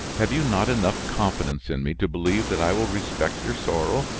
have you not enough confidence in me to believe that i will respect your sorrow?